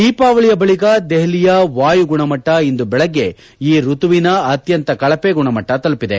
ದೀಪಾವಳಿಯ ಬಳಿಕ ದೆಹಲಿಯ ವಾಯು ಗುಣಮಟ್ಟ ಇಂದು ಬೆಳಗ್ಗೆ ಈ ಋತುವಿನ ಅತ್ಯಂತ ಕಳಪೆ ಗುಣಮಟ್ಟ ತಲುಪಿದೆ